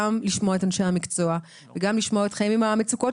גם לשמוע את אנשי המקצוע וגם לשמוע אתכם עם המצוקות